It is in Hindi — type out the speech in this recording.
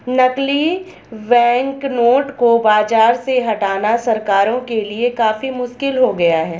नकली बैंकनोट को बाज़ार से हटाना सरकारों के लिए काफी मुश्किल हो गया है